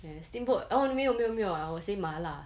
and steamboat oh 没有没有 I will say mala